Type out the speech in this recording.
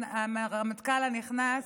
הרמטכ"ל הנכנס,